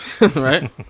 right